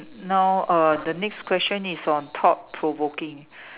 now uh the next question is on though provoking